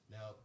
Now